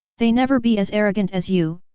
they never be as arrogant as you,